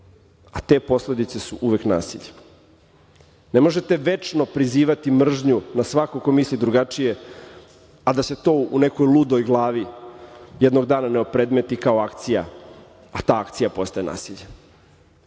a te posledice uvek nasilje. Ne možete večno prizivati mržnju na svakog ko misli drugačije, a da se to u nekoj ludoj glavi jednog dana ne opredmeti kao akcija, a ta akcija postaje nasilje.